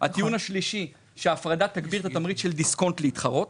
הטיעון השלישי הוא שההפרדה תגביר את התמריץ של דיסקונט להתחרות.